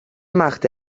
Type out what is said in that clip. machte